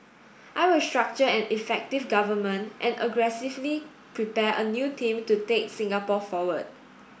I will structure an effective government and aggressively prepare a new team to take Singapore forward